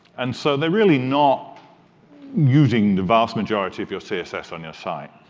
and so they're really not using the vast majority of your css on your site.